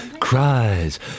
cries